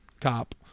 cop